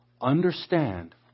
understand